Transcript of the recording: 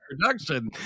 production